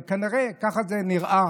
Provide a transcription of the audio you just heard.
אבל כנראה ככה זה נראה